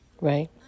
Right